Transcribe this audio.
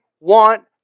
want